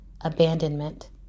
abandonment